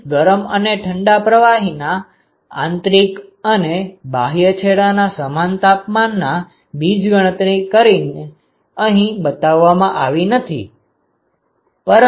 અહીં ગરમ અને ઠંડા પ્રવાહીના આંતરિક અને બાહ્ય છેડાના સમાન તાપમાનના બીજગણિતની ગણતરી અહીં બતાવામાં આવી નથી